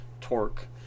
torque